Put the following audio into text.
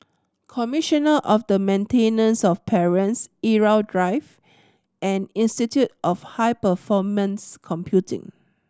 commissioner of the Maintenance of Parents Irau Drive and Institute of High Performance Computing